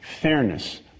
fairness